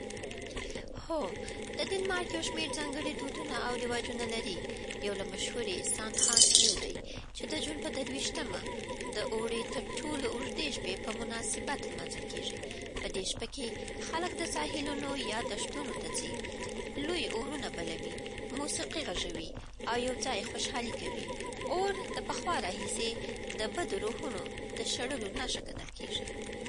هو، د ډنمارک یو شمېر ځانګړي دودونه او رواجونه لري. یو له مشهورو یې سانټ هانس ایو دی، چې د جون په درويشتمه، د اوړي تر ټولو اوږدې شپې په مناسبت لمانځل کېږي. په دې شپه کې خلک د ساحلونو یا دښتو ته ځي، لوی اورونه بلوي، موسیقي غږوي، او یو ځای خوشحالۍ کوي. اور د پخوا راهیسې د بدو روحونو د شړلو نښه ګڼل کېږي.